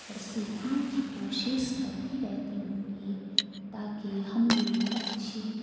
اور سیکھنے کی کوشش کرتی رہتی ہوں کہ تاکہ ہم بھی اچھی